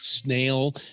Snail